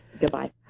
Goodbye